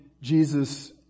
Jesus